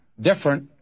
different